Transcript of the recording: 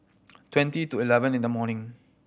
twenty to eleven in the morning